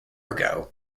ago